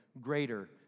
greater